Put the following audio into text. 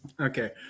Okay